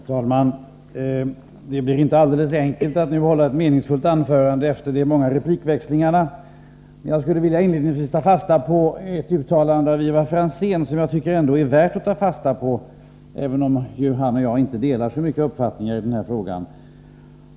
Fru talman! Det blir inte alldeles enkelt att nu hålla ett meningsfullt anförande efter de många replikväxlingarna. Jag vill inledningsvis uppehålla mig vid ett uttalande av Ivar Franzén som jag tycker det är värt att ta fasta på, även om han och jag inte så ofta har samma uppfattning i dessa frågor.